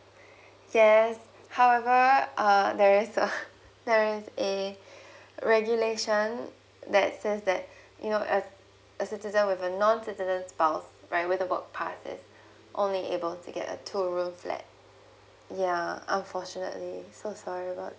yes however uh there's a there's a regulation that says that you know as a citizen with a non citizen spouse right with the work pass is only able to get a two room flat yeah unfortunately so sorry about that